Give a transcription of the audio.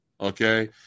okay